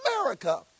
America